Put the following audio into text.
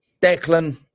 Declan